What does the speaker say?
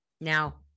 now